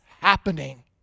happening